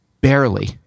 barely